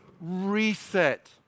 reset